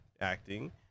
acting